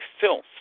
filth